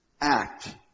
act